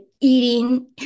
eating